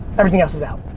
everything else is out.